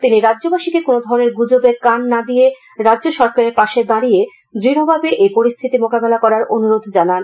তিনি রাজ্যবাসীকে কোনও ধরনের গুজবে কান না দিয়ে রাজ্য সরকারের পাশে দাঁড়িয়ে দৃঢ়ভাবে এই পরিস্থিতির মোকাবিলা করার অনুরোঝ জানান